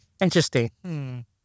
Interesting